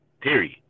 period